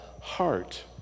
heart